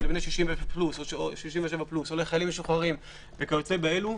לבני 60 פלוס או 67 פלוס או לחיילים משוחררים וכיוצא באלו.